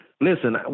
listen